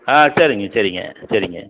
ஆ சரிங்க சரிங்க சரிங்க